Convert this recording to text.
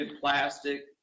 plastic